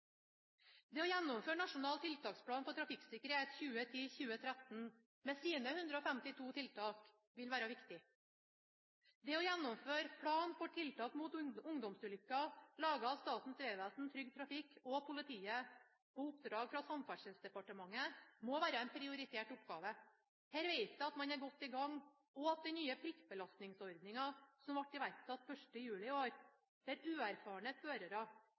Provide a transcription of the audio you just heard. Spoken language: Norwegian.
Det å gjennomføre Nasjonal tiltaksplan for trafikksikkerhet på veg 2010–2013 med sine 152 tiltak vil være viktig. Det å gjennomføre «Plan for tiltak mot ungdomsulykker» laget av Statens vegvesen, Trygg Trafikk og politiet på oppdrag fra Samferdselsdepartementet må være en prioritert oppgave. Her vet jeg at man er godt i gang, og den nye prikkbelastningsordningen som ble iverksatt 1. juli i år, der uerfarne førere – dvs. førere som er